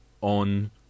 on